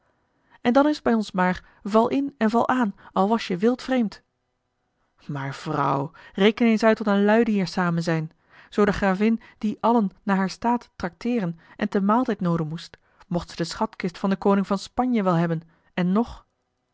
en dan is t bij ons maar val in en val aan al was je wild vreemd maar vrouw reken eens uit wat een luiden hier samen zijn zoo de gravin die allen naar haar staat tracteeren en te maaltijd nooden moest mocht ze de schatkist van den koning van spanje wel hebben en nog